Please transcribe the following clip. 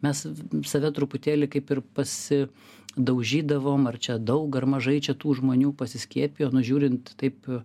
mes save truputėlį kaip ir pasidaužydavom ar čia daug ar mažai čia tų žmonių pasiskiepijo nu žiūrint taip